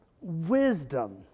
wisdom